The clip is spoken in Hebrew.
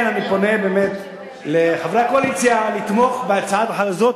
לכן אני פונה באמת לחברי הקואליציה לתמוך בהצעה הזאת,